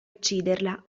ucciderla